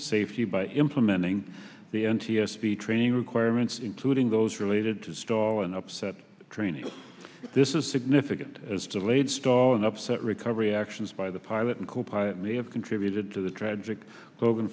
safety by implementing the n t s b training requirements including those related to stall and upset training this is significant as delayed stall an upset recovery actions by the pilot and copilot may have contributed to the tragic